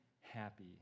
happy